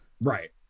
Right